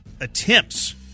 attempts